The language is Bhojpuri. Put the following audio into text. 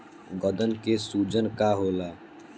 गदन के सूजन का होला?